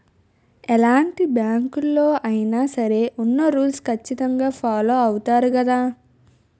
ఎలాంటి బ్యాంకులలో అయినా సరే ఉన్న రూల్స్ ఖచ్చితంగా ఫాలో అవుతారు గదా